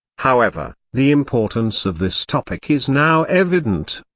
however, the importance of this topic is now evident.